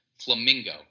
flamingo